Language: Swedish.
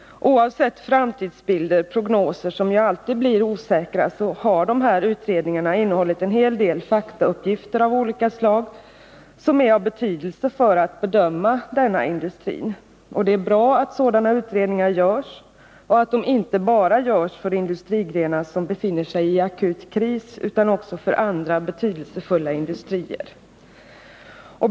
Oavsett framtidsbilder och prognoser, som ju alltid blir osäkra, har dessa utredningar innehållit en hel del faktauppgifter av olika slag som är av betydelse för att bedöma denna industri. Det är bra att sådana utredningar görs och att de inte bara görs för industrigrenar som befinner sig i akut kris utan också för andra betydelsefulla industrier.